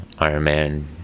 Ironman